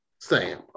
Sam